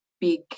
big